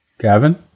Gavin